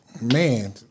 man